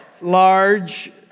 large